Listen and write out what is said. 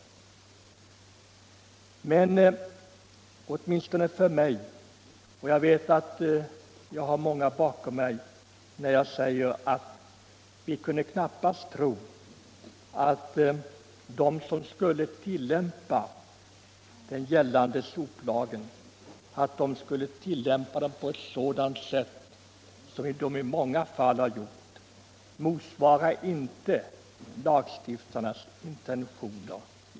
Men vi — och Jag vet att jag har många bakom mig när jag säger detta — kunde knappast tro att de som skulle tillämpa den gällande soplagen skulle göra det på det sätt som de i många fall har gjort. Det motsvarar inte lagstiftarens intentioner.